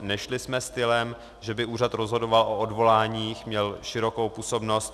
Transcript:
Nešli jsme stylem, že by úřad rozhodoval o odvoláních, měl širokou působnost.